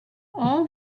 all